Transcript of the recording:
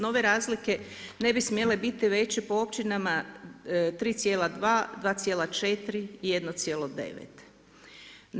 Nove razlike, ne bi smjele biti veće po općinama 3,2 2,4 i 1,9.